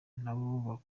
nabo